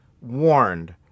warned